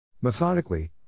Methodically